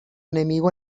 enemigo